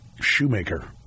shoemaker